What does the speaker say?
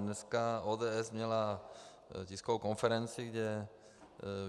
Dneska ODS měla tiskovou konferenci, kde